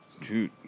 Dude